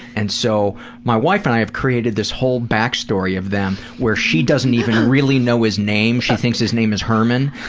and so my wife and i have created this whole back story of them, where she doesn't even really know his name. she thinks his name is herman,